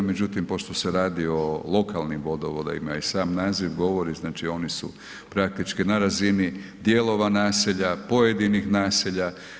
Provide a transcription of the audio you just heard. Međutim, pošto se radi o lokalnim vodovodima i sam naziv govori znači oni su praktički na razini dijelova naselja, pojedinih naselja.